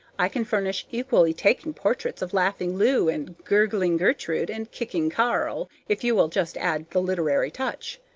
i can furnish equally taking portraits of laughing lou and gurgling gertrude and kicking karl if you will just add the literary touch.